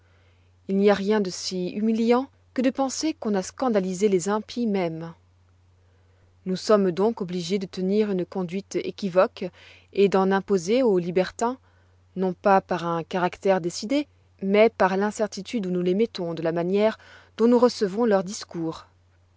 il n'y a rien de si humiliant que de penser qu'on a scandalisé les impies mêmes nous sommes donc obligés de tenir une conduite équivoque et d'imposer aux libertins non pas par un caractère décidé mais par l'incertitude où nous les mettons de la manière dont nous recevons leurs discours